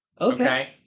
Okay